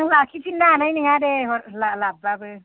आं लाखिफिननो हानाय नङा दे हर ला लाबोबाबो